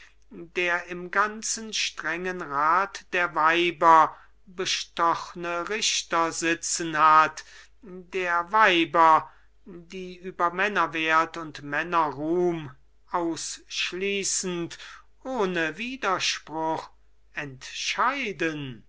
der im ganzen strengen rat der weiber bestochne richter sitzen hat der weiber die über männerwelt und männerruhm ausschließend ohne widerspruch entscheiden